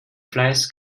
fleiß